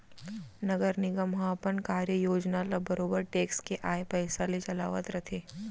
नगर निगम ह अपन कार्य योजना ल बरोबर टेक्स के आय पइसा ले चलावत रथे